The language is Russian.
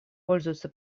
пользуется